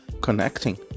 connecting